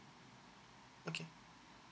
okay